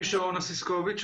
שרון אסיסקוביץ,